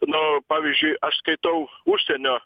nu pavyzdžiui aš skaitau užsienio